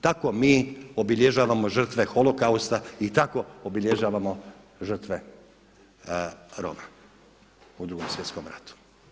Tako mi obilježavamo žrtve holokausta i tako obilježavamo žrtve Roma u Drugom svjetskom ratu.